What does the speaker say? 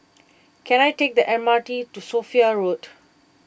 can I take the M R T to Sophia Road